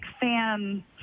fan